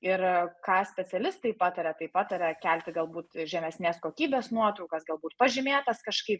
ir ką specialistai pataria tai pataria kelti galbūt žemesnės kokybės nuotraukas galbūt pažymėtas kažkaip